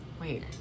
wait